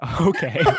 Okay